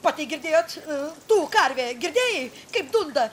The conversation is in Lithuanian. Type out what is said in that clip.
pati girdėjot tu karve girdėjai kaip dunda